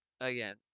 again